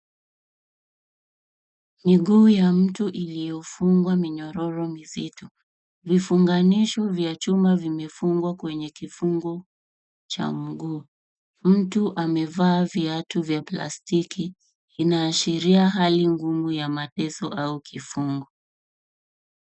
Miguu ya mtu iliyofungwa minyororo mizito vifunganisho vya chuma vimefungwa kwenye kifungo cha mguu mtu amevaa viatu vya plastiki inaashiria hali ngumu ya mateso au kifungo.